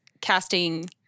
casting